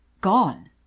Gone